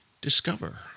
discover